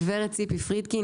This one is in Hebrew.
גב' ציפי פרידקין,